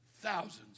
thousands